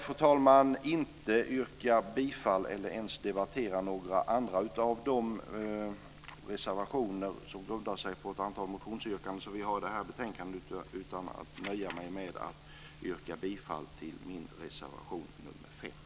Fru talman! Jag ska inte yrka bifall till eller ens debattera några andra av de reservationer som grundar sig på ett antal motionsyrkanden som vi har i det här betänkanden, utan jag nöjer mig med att yrka bifall till min reservation nr 5.